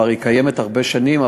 היא כבר קיימת הרבה שנים,